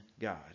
God